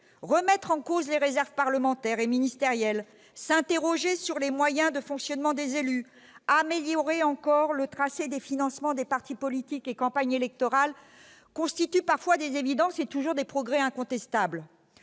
remettre en cause les réserves parlementaire et ministérielle, s'interroger sur les moyens de fonctionnement des élus, améliorer encore le tracé des financements des partis politiques et des campagnes électorales : ces mesures constituent parfois des évidences et toujours des progrès incontestables.